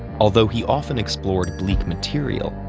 although he often explored bleak material,